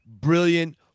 brilliant